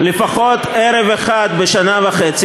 לפחות ערב אחד בשנה וחצי,